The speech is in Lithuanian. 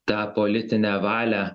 tą politinę valią